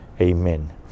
Amen